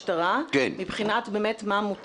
סליחה, רק שנייה, אתם יודעים מה?